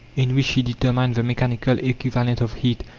in which he determined the mechanical equivalent of heat,